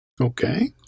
Okay